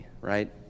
right